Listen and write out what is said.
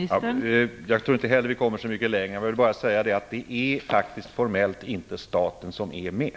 Fru talman! Jag tror inte heller att vi kommer så mycket längre. Men jag vill bara säga att formellt är det faktiskt inte staten som är med.